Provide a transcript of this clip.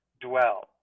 dwell